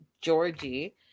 Georgie